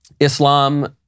Islam